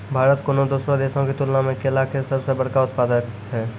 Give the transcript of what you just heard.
भारत कोनो दोसरो देशो के तुलना मे केला के सभ से बड़का उत्पादक छै